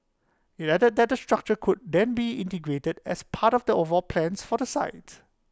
IT added that the structure could then be integrated as part of the overall plans for the site